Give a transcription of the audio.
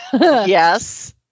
Yes